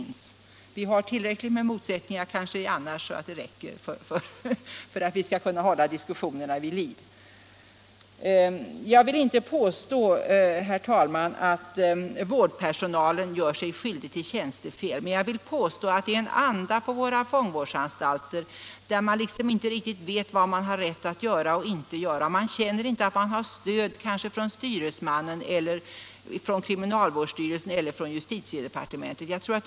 Vi har kanske ändå tillräckligt med motsättningar för att hålla diskussionerna vid liv. Jag vill inte påstå, herr talman, att vårdpersonalen gör sig skyldig till tjänstefel, men jag vill hävda att det är en anda på våra fångvårdsanstalter som gör att man inte riktigt vet vad man har rätt att göra och inte får göra. Man känner kanske inte att man har stöd från kriminalvårdsstyrelsen eller från justitiedepartementet.